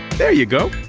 there you go!